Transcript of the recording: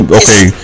okay